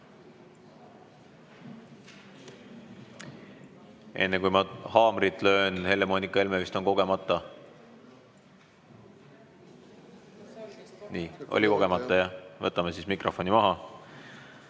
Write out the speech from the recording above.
Enne kui ma haamrit löön, Helle-Moonika Helme, vist kogemata? Nii, oli kogemata. Võtame mikrofoni maha.